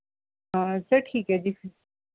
sir ਠੀਕ ਹੈ ਜੀ